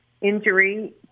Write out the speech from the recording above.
injury